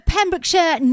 Pembrokeshire